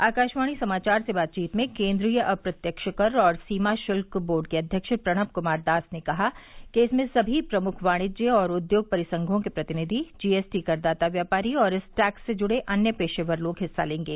आकाशवाणी समाचार से बातचीत में केन्द्रीय अप्रत्यक्ष कर और सीमा शुल्क बोर्ड के अध्यक्ष प्रणब कुमार दास ने कहा कि इसमें सभी प्रमुख वाणिज्य और उद्योग परिसंघों के प्रतिनिधि जीएसटी करदाता व्यापारी और इस टैक्स से जुड़े अन्य पेशेवर लोग हिस्सा लेंगे